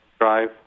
drive